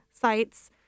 sites